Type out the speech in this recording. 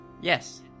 Yes